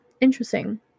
interesting